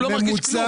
הוא לא מרגיש כלום.